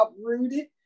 uprooted